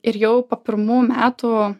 ir jau po pirmų metų